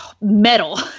metal